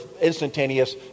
instantaneous